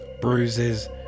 bruises